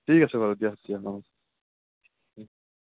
ঠিক আছে বাৰু দিয়া দিয়া অঁ